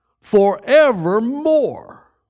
forevermore